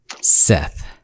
seth